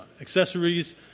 accessories